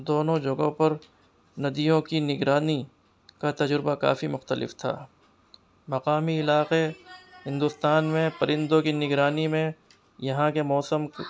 دونوں جگہوں پر ندیوں کی نگرانی کا تجربہ کافی مختلف تھا مقامی علاقے ہندوستان میں پرندوں کی نگرانی میں یہاں کے موسم